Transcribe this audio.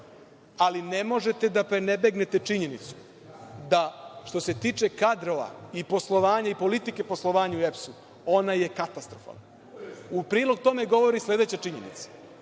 ali ne možete da prenebregnete činjenicu da što se tiče kadrova i poslovanja i politike poslovanja u EPS-u, ona je katastrofalna. U prilog tome govori i sledeća činjenica.